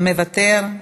מוותר.